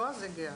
בועז הגיע.